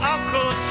Uncle